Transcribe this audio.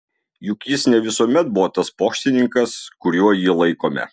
juk jis ne visuomet buvo tas pokštininkas kuriuo jį laikome